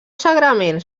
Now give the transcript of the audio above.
sagraments